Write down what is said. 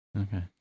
Okay